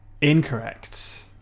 incorrect